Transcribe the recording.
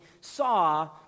saw